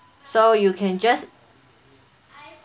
so you can just